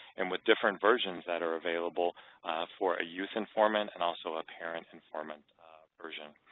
and with different versions that are available for a youth informant and also a parent informant version.